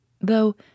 though